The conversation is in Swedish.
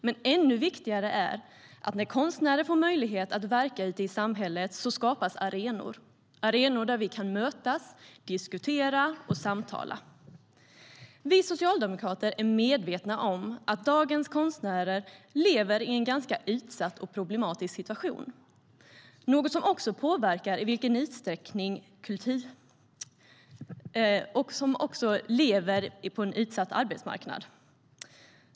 Men ännu viktigare är att när konstnärer får möjlighet att verka ute i samhället skapas arenor, arenor där vi kan mötas, diskutera och samtala. Vi socialdemokrater är medvetna om att dagens konstnärer lever i en ganska utsatt och problematisk situation och på en utsatt arbetsmarknad.